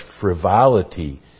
frivolity